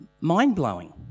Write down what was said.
Mind-blowing